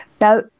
Now